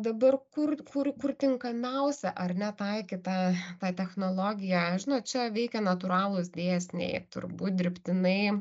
dabar kur kur kur tinkamiausia ar ne taikyt tą tą technologiją žinot čia veikia natūralūs dėsniai turbūt dirbtinai